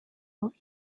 honor